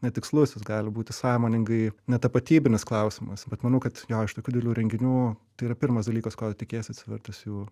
netikslus jis gali būti sąmoningai netapatybinis klausimas bet manau kad jo iš tokių didelių renginių tai yra pirmas dalykas ko tikiesi atsivertęs jų